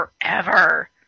forever